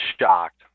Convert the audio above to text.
Shocked